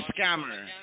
scammer